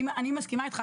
אני מסכימה איתך,